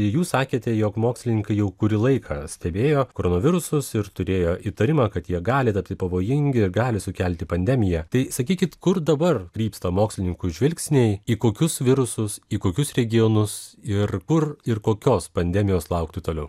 jūs sakėte jog mokslininkai jau kurį laiką stebėjo koronavirusus ir turėjo įtarimą kad jie gali tapti pavojingi ir gali sukelti pandemiją tai sakykit kur dabar krypsta mokslininkų žvilgsniai į kokius virusus į kokius regionus ir kur ir kokios pandemijos laukti toliau